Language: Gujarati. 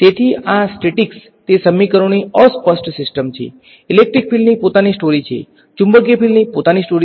તેથી આ સ્ટેટિક્સ તે સમીકરણોની અસ્પષ્ટ સિસ્ટમ છે ઇલેક્ટ્રિક ફીલ્ડની પોતાની સ્ટોરી છે ચુંબકીય ફીલ્ડની પોતાની સ્ટોરી છે